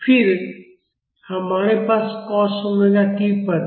फिर हमारे पास कॉस ओमेगा टी पद हैं